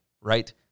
right